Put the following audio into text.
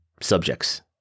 subjects